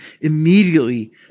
immediately